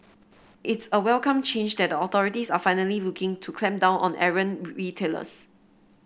it's a welcome change that the authorities are finally looking to clamp down on errant retailers